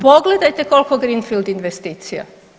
Pogledajte koliko greenfield investicija.